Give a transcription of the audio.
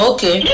Okay